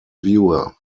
viewer